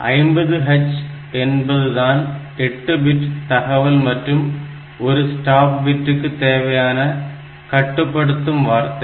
50H என்பதுதான் 8 bit தகவல் மற்றும் ஒரு ஸ்டாப் பிட்டுக்கு தேவையான கட்டுப்படுத்தும் வார்த்தை